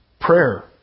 Prayer